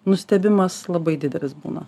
nustebimas labai didelis būna